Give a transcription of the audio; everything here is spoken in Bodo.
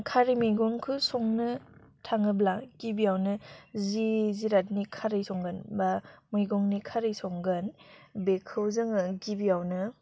खारै मैगंखौ संनो थाङोब्ला गिबियावनो जि जिरातनि खारै संगोन बा मैगंनि खारै संगोन बेखौ जोङो गिबियावनो